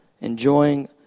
enjoying